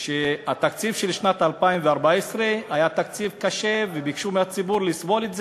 התקציב של שנת 2014 היה תקציב קשה וביקשו מהציבור לסבול את זה,